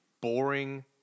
boring